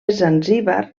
zanzíbar